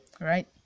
right